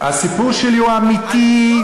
הסיפור שלי הוא אמיתי.